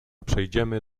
przejdziemy